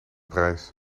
prijs